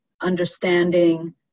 understanding